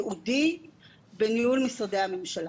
ייעודי בניהול משרדי הממשלה.